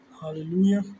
Hallelujah